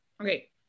Okay